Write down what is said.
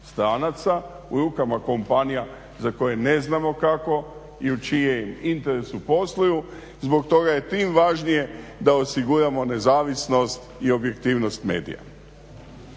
stranaca, u rukama kompanija za koje ne znamo kako i u čijem interesu posluju. Zbog toga je tim važnije da osiguramo nezavisnost i objektivnost medija.